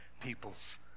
people's